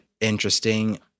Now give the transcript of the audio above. interesting